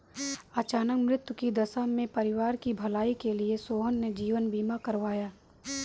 अचानक मृत्यु की दशा में परिवार की भलाई के लिए सोहन ने जीवन बीमा करवाया